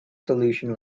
solution